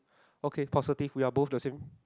okay positive we are both the same